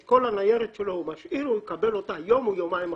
את כל הניירת שלו הוא משאיר ומקבל אותה יום או יומיים אחרי.